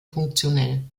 funktionell